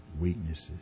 weaknesses